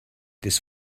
this